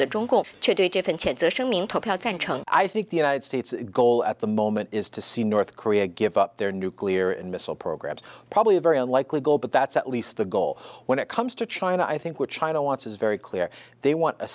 me i think the united states goal at the moment is to see north korea give up their nuclear and missile programs probably a very unlikely goal but that's at least the goal when it comes to china i think what china wants is very clear they want a